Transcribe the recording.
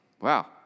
wow